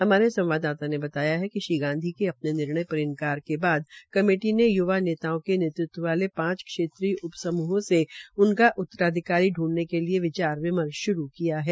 हमारे संवाददाता ने बताया कि श्री गांधी के अपने निर्णय पर इन्कार के बाद कमेटी ने य्वा नेताओं के नेतृत्व वाले पांच क्षेत्रीय उप समूहों से उनका उत्तराधिकारी ढूंढने के लिए विचार विमर्श श्रू किया है